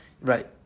Right